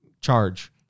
charge